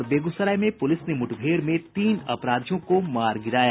और बेगूसराय में पुलिस ने मुठभेड़ में तीन अपराधियों को मार गिराया